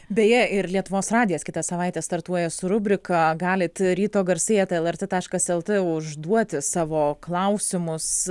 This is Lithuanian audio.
beje ir lietuvos radijas kitą savaitę startuoja su rubrika galit ryto garsai eta lrt taškas lt užduoti savo klausimus